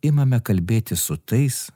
imame kalbėti su tais